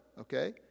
Okay